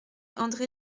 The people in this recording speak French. andré